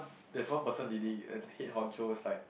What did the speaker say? there's one person leading and the head honcho is like